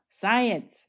Science